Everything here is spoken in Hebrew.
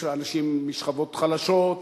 אנשים משכבות חלשות,